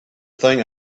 thing